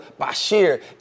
Bashir